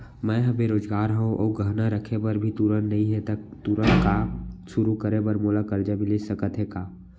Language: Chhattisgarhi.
मैं ह बेरोजगार हव अऊ गहना रखे बर भी तुरंत नई हे ता तुरंत काम शुरू करे बर मोला करजा मिलिस सकत हे का?